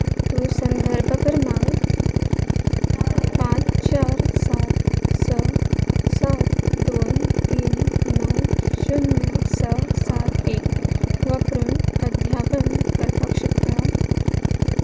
तूं संदर्भ क्रमांक पांच चार सात स सात दोन तीन णव शुन्य स सात एक वापरून अद्यावन करपाक शकता